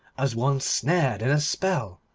as one snared in a spell.